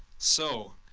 so